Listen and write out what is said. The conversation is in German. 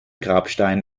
grabstein